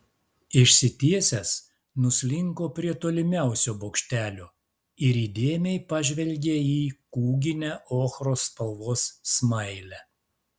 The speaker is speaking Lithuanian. išsitiesęs nuslinko prie tolimiausio bokštelio ir įdėmiai pažvelgė į kūginę ochros spalvos smailę